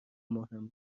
مهم